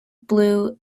blue